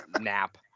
nap